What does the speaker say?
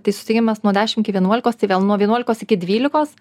tai susitikimas nuo dešim iki vienuolikos tai vėl nuo vienuolikos iki dvylikos